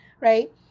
right